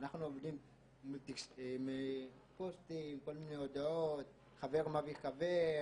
עובדים עם פוסטרים, כל מיני הודעות, חבר מביא חבר,